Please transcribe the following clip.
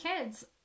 kids